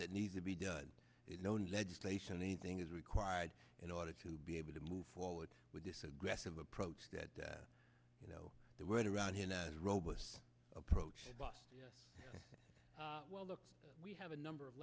that needs to be done is known legislation anything is required in order to be able to move forward with this aggressive approach that you know the word around here is robust approach yes well look we have a number of